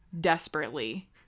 desperately